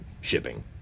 shipping